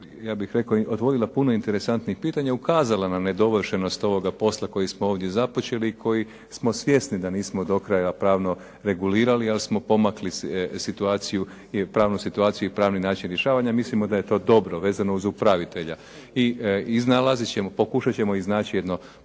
ja bih rekao otvorila puno interesantnih pitanja, ukazala na nedovršenost ovoga posla kojega smo ovdje započeli i koji smo svjesni da nismo do kraja pravno regulirali, ali smo pomakli situaciju, pravnu situaciju i pravni način rješavanja i mislimo da je to dobro vezano uz upravitelja. I iznalazit ćemo, pokušat ćemo iznaći jedno,